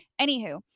anywho